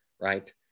right